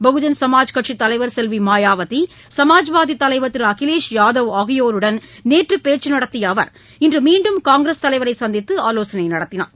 பகுஜன் சமாஜ் கட்சித் தலைவர் செல்வி மாயாவதி சமாஜ்வாதித் தலைவர் திரு அகிலேஷ் யாதவ் ஆகியோருடன் நேற்று பேச்சு நடத்திய அவர் இன்று மீண்டும் காங்கிரஸ் தலைவரை சந்தித்து ஆலோசனை நடத்தினார்